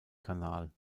kanal